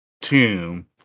tomb